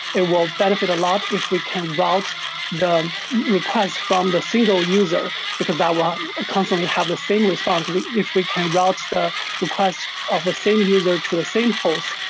it will benefit a lot if we can route the request from the single user, because that will ah constantly have the same response. if we can route the request of a same user to the same host,